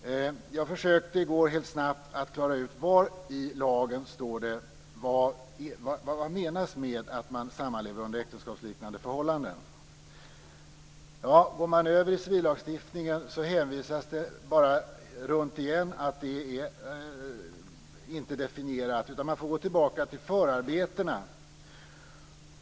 Jag försökte i går helt snabbt att klara ut var i lagen det står vad som menas med att sammanleva under äktenskapsliknande förhållanden. Går man över i civillagstiftningen ser man att det inte är definierat, och man hänvisas vidare. Man får gå tillbaka till förarbetena.